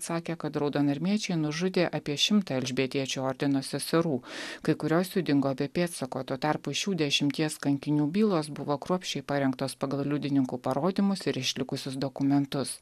sakė kad raudonarmiečiai nužudė apie šimtą elžbietiečių ordino seserų kai kurios jų dingo be pėdsako tuo tarpu šių dešimties kankinių bylos buvo kruopščiai parengtos pagal liudininkų parodymus ir išlikusius dokumentus